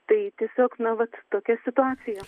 tai tiesiog nu vat tokia situacija